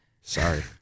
sorry